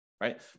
right